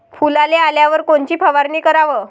फुलाले आल्यावर कोनची फवारनी कराव?